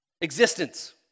existence